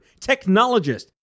technologist